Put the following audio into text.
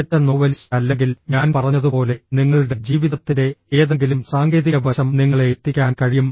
മികച്ച നോവലിസ്റ്റ് അല്ലെങ്കിൽ ഞാൻ പറഞ്ഞതുപോലെ നിങ്ങളുടെ ജീവിതത്തിന്റെ ഏതെങ്കിലും സാങ്കേതിക വശം നിങ്ങളെ എത്തിക്കാൻ കഴിയും